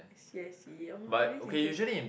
I see I see !wah! that's interesting